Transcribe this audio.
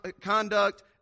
conduct